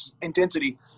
intensity